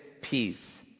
peace